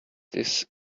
this